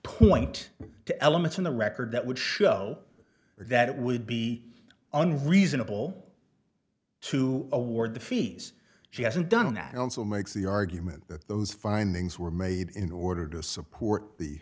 point to elements in the record that would show that would be an reasonable to award the fees she hasn't done that also makes the argument that those findings were made in order to support the